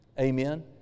Amen